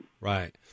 Right